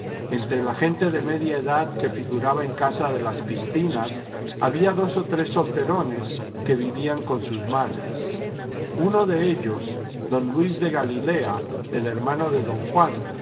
entre la gente de media edad que figuraba en casa de las piscinas había dos o tres solterones que vivían con sus madres uno de ellos don luis de galilea el hermano de don juan